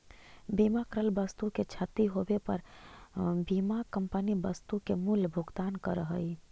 बीमा करल वस्तु के क्षती होवे पर बीमा कंपनी वस्तु के मूल्य भुगतान करऽ हई